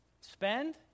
Spend